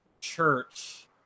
church